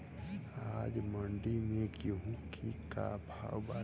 आज मंडी में गेहूँ के का भाव बाटे?